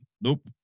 nope